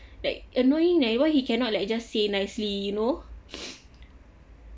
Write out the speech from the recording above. like annoying leh why he cannot like just say nicely you know